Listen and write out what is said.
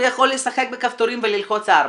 הוא יכול לשחק בכפתורים וללחוץ 4,